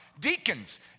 Deacons